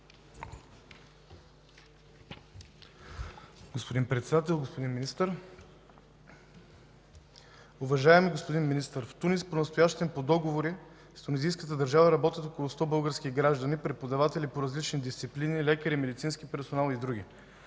Господин Председател, господин Министър! Уважаеми господин Министър, понастоящем в Тунис по договори с тунизийската държава работят около 100 български граждани – преподаватели по различни дисциплини, лекари, медицински персонал и други.